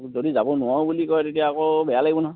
যদি যাব নোৱাৰো বুলি কয় তেতিয়া আকৌ বেয়া লাগিব নহয়